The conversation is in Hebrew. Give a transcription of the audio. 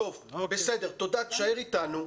בסדר, תודה, תישאר איתנו.